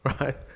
right